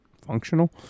functional